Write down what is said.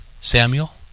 Samuel